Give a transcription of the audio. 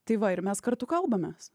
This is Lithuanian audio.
tai va ir mes kartu kalbamės